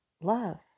love